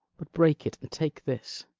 but break it and take this.